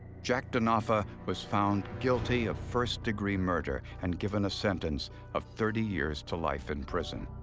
jack denofa was found guilty of first-degree murder and given a sentence of thirty years to life in prison.